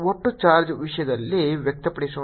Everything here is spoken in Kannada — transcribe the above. ನಾವು ಇದನ್ನು ಒಟ್ಟು ಚಾರ್ಜ್ ವಿಷಯದಲ್ಲಿ ವ್ಯಕ್ತಪಡಿಸೋಣ